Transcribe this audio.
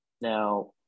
Now